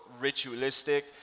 ritualistic